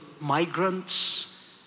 migrants